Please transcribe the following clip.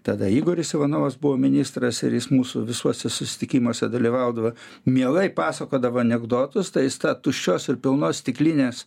tada igoris ivanovas buvo ministras ir jis mūsų visuose susitikimuose dalyvaudavo mielai pasakodavo anekdotus tai jis tą tuščios ir pilnos stiklinės